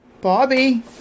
Bobby